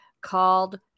called